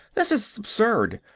this is absurd!